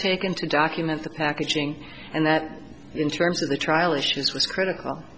taken to document the packaging and that in terms of the trial issues was critical